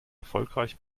erfolgreich